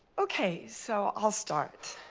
okay, so i'll start.